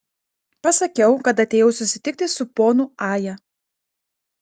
pasakiau kad atėjau susitikti su ponu aja